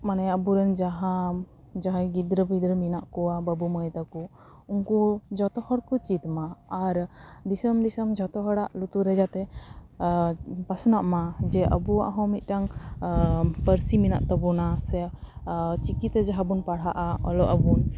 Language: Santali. ᱢᱟᱱᱮ ᱟᱵᱚᱨᱮᱱ ᱡᱟᱦᱟᱸ ᱡᱟᱦᱟᱸᱭ ᱜᱤᱫᱽᱨᱟᱹ ᱯᱤᱫᱽᱨᱟᱹ ᱢᱮᱱᱟᱜ ᱠᱚᱣᱟ ᱵᱟᱵᱩ ᱢᱟᱹᱭ ᱛᱟᱠᱚ ᱩᱝᱠᱩ ᱡᱚᱛᱚ ᱦᱚᱲ ᱠᱚ ᱪᱮᱫᱽᱢᱟ ᱟᱨ ᱫᱤᱥᱚᱢ ᱫᱤᱥᱚᱢ ᱡᱚᱛᱚ ᱦᱚᱲᱟᱜ ᱞᱩᱛᱩᱨ ᱨᱮ ᱡᱟᱛᱮ ᱯᱟᱥᱱᱟᱜ ᱢᱟ ᱡᱮ ᱟᱵᱚᱣᱟᱜ ᱦᱚᱸ ᱢᱤᱫᱴᱟᱝ ᱯᱟᱹᱨᱥᱤ ᱢᱮᱱᱟᱜ ᱛᱟᱵᱚᱱᱟ ᱥᱮ ᱪᱤᱠᱤᱛᱮ ᱡᱟᱦᱟᱸ ᱵᱚᱱ ᱯᱟᱲᱦᱟᱜᱼᱟ ᱚᱞᱚᱜ ᱟᱵᱚᱱ